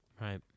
Right